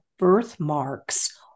birthmarks